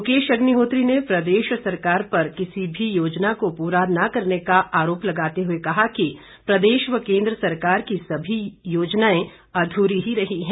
मुकेश अग्निहोत्री ने प्रदेश सरकार पर किसी भी योजना को पूरा न करने का आरोप लगाते हुए कहा कि प्रदेश व केन्द्र सरकार की सभी योजनाएं अध्री ही रही हैं